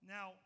Now